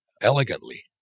elegantly